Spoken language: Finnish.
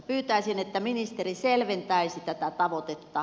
pyytäisin että ministeri selventäisi tätä tavoitetta